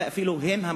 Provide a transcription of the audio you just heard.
והם אפילו המשפיעים.